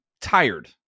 tired